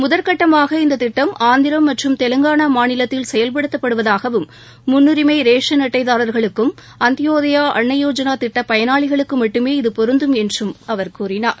முதற்கட்டமாக இந்தத் திட்டம் ஆந்திரம் மற்றும் தெலுங்கானா மாநிலத்தில் செயல்படுத்தப்படுவதாகவும் முன்னுரிமை ரேசன் அட்டை தாரர்களுக்கும் அந்யோத்யா அன்னயோஜனா திட்ட பயனாளிகளுக்கு மட்டுமே இது பொருந்தும் என்றும் கூறினார்